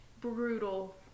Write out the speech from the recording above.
brutal